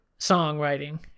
songwriting